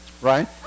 Right